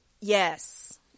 Yes